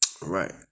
Right